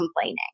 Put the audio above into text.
complaining